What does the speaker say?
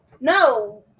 No